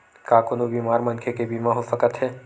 का कोनो बीमार मनखे के बीमा हो सकत हे?